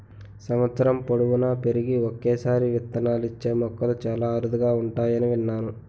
సంవత్సరం పొడువునా పెరిగి ఒక్కసారే విత్తనాలిచ్చే మొక్కలు చాలా అరుదుగా ఉంటాయని విన్నాను